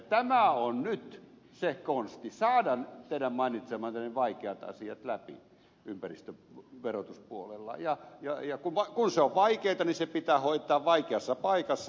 tämä on nyt se konsti saada teidän mainitsemanne vaikeat asiat läpi ympäristöverotuspuolella ja kun se on vaikeata niin se pitää hoitaa vaikeassa paikassa